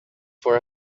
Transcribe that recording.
for